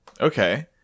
okay